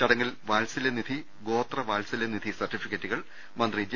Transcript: ചടങ്ങിൽ വാത്സല്യനിധി ഗോത്ര വാത്സല്യനിധി സർട്ടിഫിക്കറ്റു കൾ മന്ത്രി ജെ